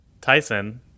Tyson